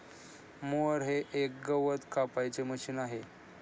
mower हे एक गवत कापायचे मशीन आहे